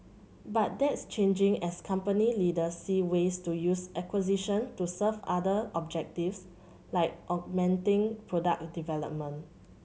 but that's changing as company leaders see ways to use acquisition to serve other objectives like augmenting product development